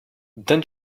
then